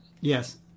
Yes